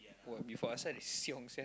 before asar is xiong sia